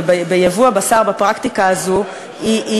אני